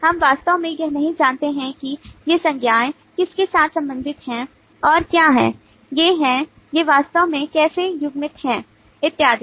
हम वास्तव में यह नहीं जानते हैं कि ये संज्ञाएँ किसके साथ संबंधित हैं और क्या हैं ये हैं ये वास्तव में कैसे युग्मित हैं इत्यादि